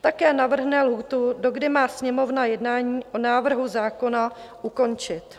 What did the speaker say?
Také navrhne lhůtu, dokdy má Sněmovna jednání o návrhu zákona ukončit.